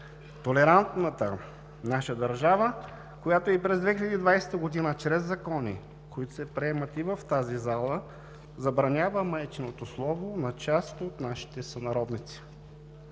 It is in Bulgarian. толерантната наша държава, която и през 2020 г. чрез закони, които се приемат и в тази зала, забранява майчиното слово на част от нашите сънародници.